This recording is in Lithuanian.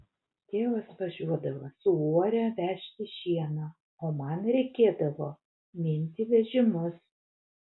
tėvas važiuodavo su uore vežti šieno o man reikėdavo minti vežimus